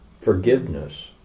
forgiveness